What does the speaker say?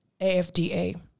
AFDA